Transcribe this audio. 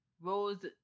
rose